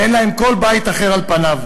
ואין להם כל בית אחר על פניו.